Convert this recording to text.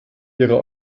ihre